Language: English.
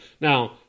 Now